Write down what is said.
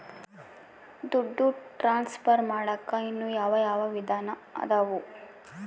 ದುಡ್ಡು ಟ್ರಾನ್ಸ್ಫರ್ ಮಾಡಾಕ ಇನ್ನೂ ಯಾವ ಯಾವ ವಿಧಾನ ಅದವು?